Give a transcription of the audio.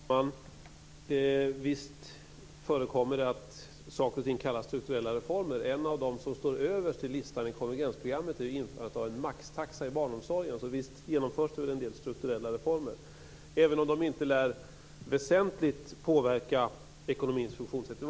Herr talman! Visst förekommer det att saker och ting kallas strukturella reformer. En av dem som står överst på listan i konvergensprogrammet är införandet av en maxtaxa i barnomsorgen. Så visst genomförs det en del strukturella reformer även om de inte väsentligt lär påverka ekonomins funktionssätt.